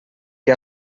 que